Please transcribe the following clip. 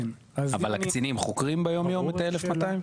אבל הקצינים חוקרים ביום יום את ה-1,200?